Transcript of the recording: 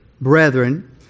brethren